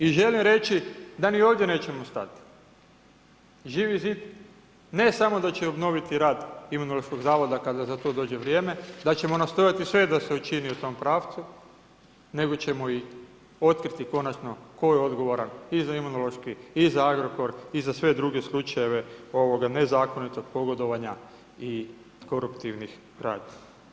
I želim reći, da ni ovdje nećemo stati, Živi zid ne samo da će obnoviti rad Imunološkog zavoda, kada za to dođe vrijeme, da ćemo nastojati sve da se učini u tom pravcu, nego ćemo i otkriti konačno, tko je odgovoran i za Imunološki i za Agrokor i za sve druge slučajeve ovoga nezakonitog pogodovanja i koruptivnih radnji.